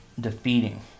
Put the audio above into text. defeating